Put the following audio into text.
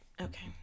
Okay